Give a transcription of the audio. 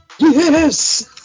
Yes